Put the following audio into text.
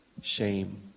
shame